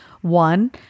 One